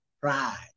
Pride